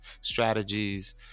strategies